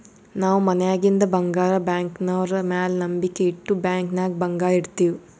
ನಾವ್ ಮನ್ಯಾಗಿಂದ್ ಬಂಗಾರ ಬ್ಯಾಂಕ್ನವ್ರ ಮ್ಯಾಲ ನಂಬಿಕ್ ಇಟ್ಟು ಬ್ಯಾಂಕ್ ನಾಗ್ ಬಂಗಾರ್ ಇಡ್ತಿವ್